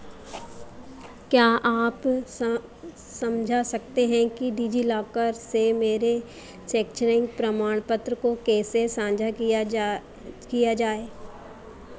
क्या आप सम समझा सकते हैं कि डिजिलॉकर से मेरे शैक्षिक प्रमाणपत्र को कैसे साझा किया जा जाए